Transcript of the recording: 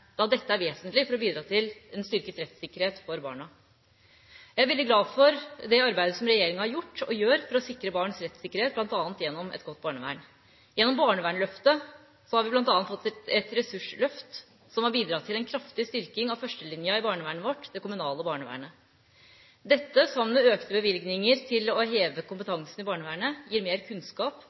da dette er vesentlig for å bidra til en styrket rettssikkerhet for barna. Jeg er veldig glad for det arbeidet som regjeringa har gjort og gjør for å sikre barns rettssikkerhet, bl.a. gjennom et godt barnevern. Gjennom barnevernsløftet har vi bl.a. fått et ressursløft som har bidratt til en kraftig styrking av førstelinjen i barnevernet vårt, det kommunale barnevernet. Dette, sammen med økte bevilgninger til å heve kompetansen i barnevernet, gir mer kunnskap